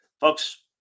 Folks